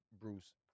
Bruce